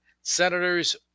senators